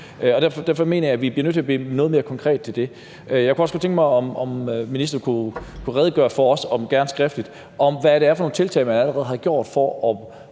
Derfor mener jeg, at vi bliver nødt til at blive noget mere konkrete i forhold til det. Jeg kunne også godt tænke mig, at ministeren kunne redegøre for, gerne skriftligt, hvad det er for nogle tiltag, man allerede har gjort for at